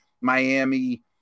Miami